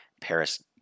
Paris